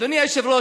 אדוני היושב-ראש,